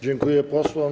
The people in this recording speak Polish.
Dziękuję posłom.